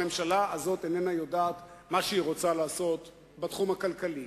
הממשלה הזאת איננה יודעת מה היא רוצה לעשות בתחום הכלכלי.